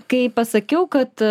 kai pasakiau kad